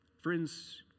Friends